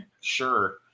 Sure